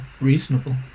reasonable